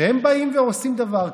כשהם באים ועושים דבר כזה,